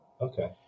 Okay